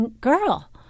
girl